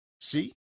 See